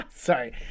Sorry